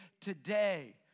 today